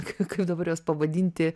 kaip dabar juos pavadinti